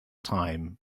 time